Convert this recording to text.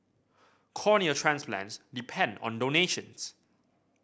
cornea transplants depend on donations